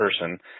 person